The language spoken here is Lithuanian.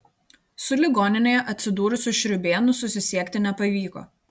su ligoninėje atsidūrusiu šriūbėnu susisiekti nepavyko